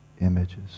images